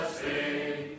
sing